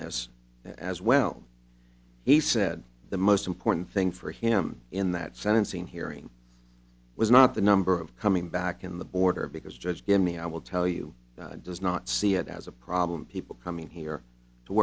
this as well he said the most important thing for him in that sentencing hearing i was not the number of coming back in the border because judge jimmy i will tell you does not see it as a problem people coming here to